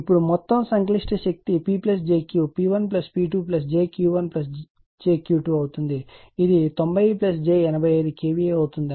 ఇప్పుడు మొత్తం సంక్లిష్ట శక్తి P j Q P1 P2 j Q 1 Q 2 అవుతుంది ఇది 90 j 85 KVA అవుతుంది